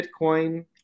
Bitcoin